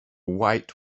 white